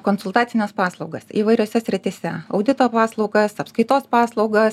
konsultacines paslaugas įvairiose srityse audito paslaugas apskaitos paslaugas